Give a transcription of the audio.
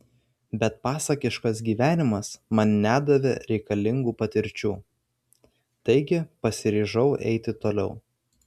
bet pasakiškas gyvenimas man nedavė reikalingų patirčių taigi pasiryžau eiti toliau